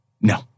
No